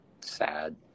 sad